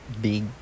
big